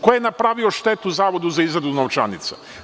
Ko je napravio štetu Zavodu za izradu novčanica?